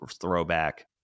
throwback